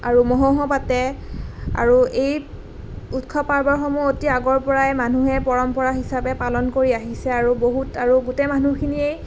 আৰু মহোহো পাতে আৰু এই উৎসৱ পাৰ্বনসমূহ আতি আগৰ পৰাই মানুহে পৰম্পৰা হিচাপে পালন কৰি আহিছে আৰু বহুত আৰু গোটেই মানুহখিনিয়েই